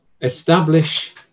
establish